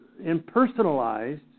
impersonalized